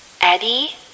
Eddie